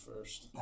first